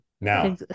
now